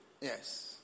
Yes